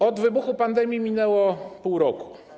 Od wybuchu pandemii minęło pół roku.